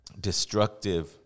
destructive